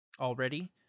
already